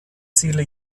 ziele